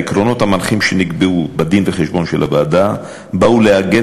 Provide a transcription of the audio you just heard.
העקרונות המנחים שנקבעו בדין-וחשבון של הוועדה באו לעגן